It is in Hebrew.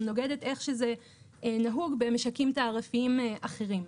נוגד את איך שזה נהוג במשקים תעריפיים אחרים,